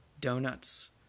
donuts